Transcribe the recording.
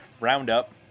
roundup